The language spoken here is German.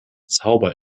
zauber